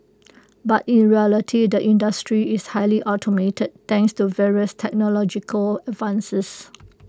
but in reality the industry is highly automated thanks to various technological advances